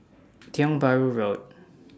Tiong Bahru Road